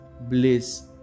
bliss